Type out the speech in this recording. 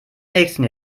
nächsten